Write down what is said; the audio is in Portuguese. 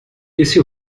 esse